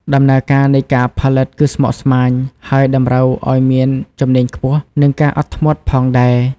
ដំណើរការនៃការផលិតគឺស្មុគស្មាញ ហើយតម្រូវឲ្យមានជំនាញខ្ពស់ និងការអត់ធ្មត់ផងដែរ។